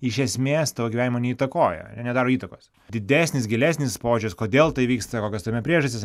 iš esmės tavo gyvenimo neįtakoja jie nedaro įtakos didesnis gilesnis požiūris kodėl tai vyksta kokios tame priežastys